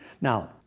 Now